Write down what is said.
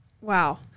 Wow